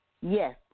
Yes